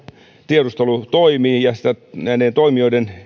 tiedustelu toimii ja näiden toimijoiden